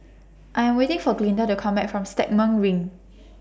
I Am waiting For Glinda to Come Back from Stagmont Ring